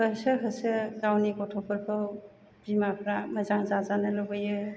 होसो गोसो गावनि गथ'फोरखौ बिमाफ्रा मोजां जाजानो लुबैयो